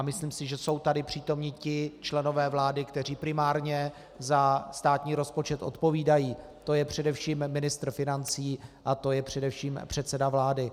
Myslím si, že jsou tady přítomni ti členové vlády, kteří primárně za státní rozpočet odpovídají, to je především ministr financí a to je především předseda vlády.